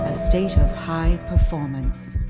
ah state of high performance